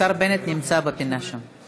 השר בנט נמצא בפינה, שם.